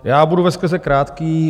Já budu veskrze krátký.